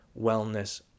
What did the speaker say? wellness